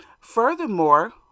Furthermore